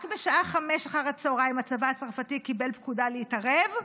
רק בשעה 17:00 הצבא הצרפתי קיבל פקודה להתערב,